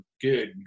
Good